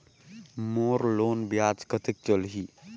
मोर loan ब्याज कतेक चलही?